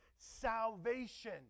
Salvation